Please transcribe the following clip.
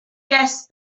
guests